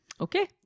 Okay